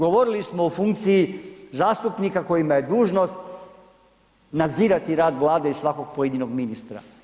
Govorili smo o funkciji zastupnika kojima je dužnost nadzirati rad Vlade i svakog pojedinog ministra.